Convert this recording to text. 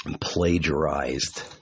plagiarized